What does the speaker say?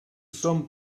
són